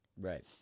Right